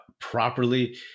properly